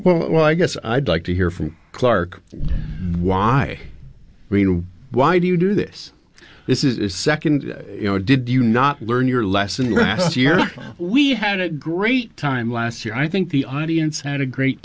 you well i guess i'd like to hear from clark why why do you do this this is second you know did you not learn your lesson last year we had a great time last year i think the audience had a great